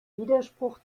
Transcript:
widerspruch